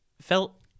felt